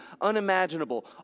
unimaginable